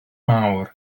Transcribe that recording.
mawr